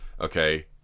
okay